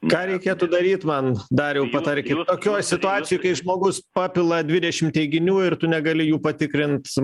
ką reikėtų daryt man dariau patarkit tokioj situacijoj kai žmogus papila dvidešim teiginių ir tu negali jų patikrint